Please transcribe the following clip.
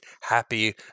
happy